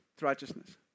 righteousness